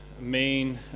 main